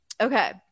Okay